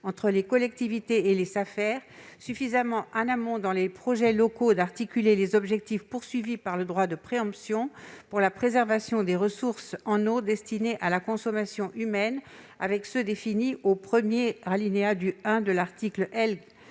entre les collectivités et les Safer, suffisamment en amont dans le cadre des projets locaux. Il s'agit d'articuler les objectifs poursuivis le droit de préemption pour la préservation des ressources en eau destinées à la consommation humaine avec ceux définis au premier alinéa du I de l'article L.